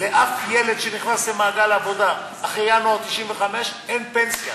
לאף ילד שנכנס למעגל העבודה אחרי ינואר 1995 אין פנסיה.